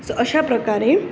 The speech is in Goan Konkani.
सो अश्या प्रकारे